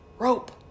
Rope